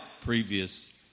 previous